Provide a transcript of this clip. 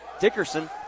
Dickerson